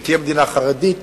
שתהיה מדינה חרדית,